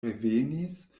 revenis